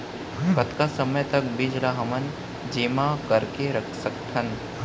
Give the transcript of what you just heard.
कतका समय तक बीज ला हमन जेमा करके रख सकथन?